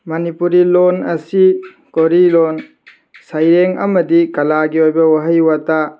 ꯃꯅꯤꯄꯨꯔꯤ ꯂꯣꯟ ꯑꯁꯤ ꯀꯣꯔꯤ ꯂꯣꯟ ꯁꯩꯔꯦꯡ ꯑꯃꯗꯤ ꯀꯂꯥꯒꯤ ꯑꯣꯏꯕ ꯋꯥꯍꯩ ꯋꯥꯇꯥ